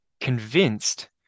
convinced